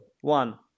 one